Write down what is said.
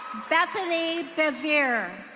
bethenny bevere.